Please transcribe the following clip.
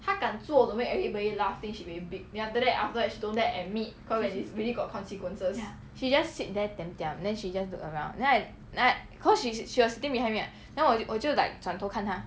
ya she just sit there diam diam then she just look around then I like cause she she was sitting behind me [what] then 我就我就 like 转头看她